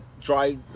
dry